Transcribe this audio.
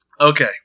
Okay